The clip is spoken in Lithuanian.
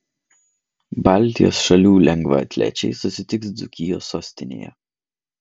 baltijos šalių lengvaatlečiai susitiks dzūkijos sostinėje